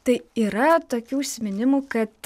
tai yra tokių užsiminimų kad